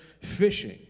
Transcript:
fishing